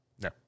No